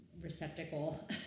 receptacle